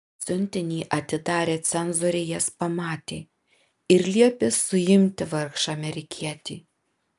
siuntinį atidarę cenzoriai jas pamatė ir liepė suimti vargšą amerikietį